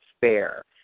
fair